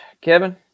Kevin